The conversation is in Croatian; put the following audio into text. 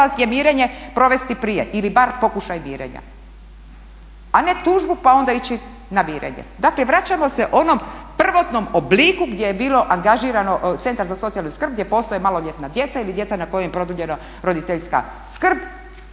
je mirenje provesti prije ili bar pokušaj mirenja, a ne tužbu pa onda ići na mirenje. Dakle vraćamo se onom prvotnom obliku gdje je bilo angažirano centar za socijalnu skrb, gdje postoje maloljetna djeca ili djeca na kojima je produljena roditeljska skrb,